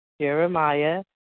Jeremiah